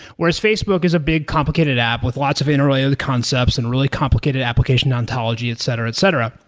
whereas facebook is a big complicated app with lots of interrelated concepts and really complicated application ontology, etc, etc.